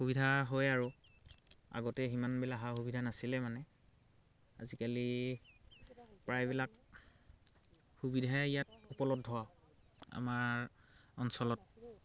সুবিধা হয় আৰু আগতে সিমানবিলাক সা সুবিধা নাছিলে মানে আজিকালি প্ৰায়বিলাক সুবিধাই ইয়াত উপলব্ধ আমাৰ অঞ্চলত